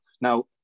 Now